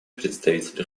представитель